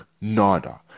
nada